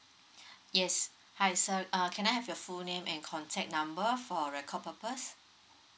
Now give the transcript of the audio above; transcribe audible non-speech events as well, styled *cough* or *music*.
*breath* yes hi sir uh can I have your full name and contact number for record purpose